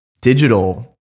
digital